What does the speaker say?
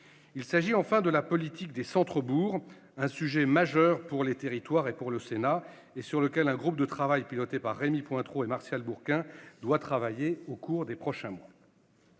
Il s'agit enfin de la politique des centres-bourgs, un sujet majeur pour les territoires et pour le Sénat, et sur lequel un groupe de travail piloté par Rémy Pointereau et Martial Bourquin doit réfléchir au cours des prochains mois.